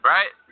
Right